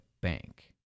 bank